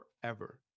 forever